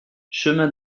chemin